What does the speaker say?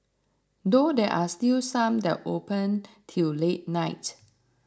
though there are still some that open till late night